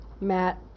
Matt